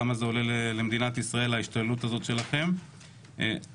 כמה ההשתוללות הזאת שלכם עולה למדינת ישראל,